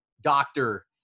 doctor